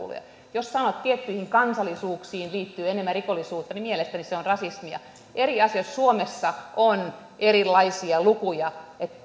jos sanotaan että tiettyihin kansallisuuksiin liittyy enemmän rikollisuutta niin mielestäni se on rasismia eri asia on jos suomessa on erilaisia lukuja